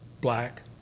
black